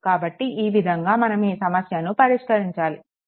కాబట్టి ఈ విధంగా మనం ఈ సమస్యను పరిష్కరించాలి